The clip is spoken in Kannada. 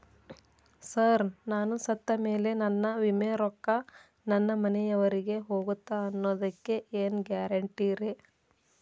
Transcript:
ಸರ್ ನಾನು ಸತ್ತಮೇಲೆ ನನ್ನ ವಿಮೆ ರೊಕ್ಕಾ ನನ್ನ ಮನೆಯವರಿಗಿ ಹೋಗುತ್ತಾ ಅನ್ನೊದಕ್ಕೆ ಏನ್ ಗ್ಯಾರಂಟಿ ರೇ?